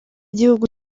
gihugu